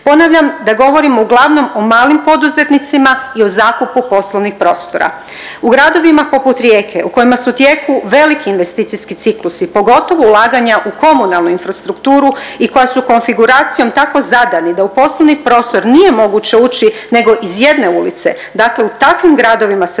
Ponavljam da govorimo uglavnom o malim poduzetnicima i o zakupu poslovnih prostora. U gradovima poput Rijeke u kojima su u tijeku veliki investicijski ciklusi, pogotovo ulaganja u komunalnu infrastrukturu i koja su konfiguracijom tako zadani da u poslovni prostor nije moguće ući nego iz jedne ulice, dakle u takvim gradovima se